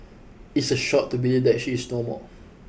it's a shock to believe that she is no more